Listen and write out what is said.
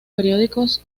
periódicos